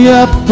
up